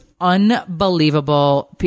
unbelievable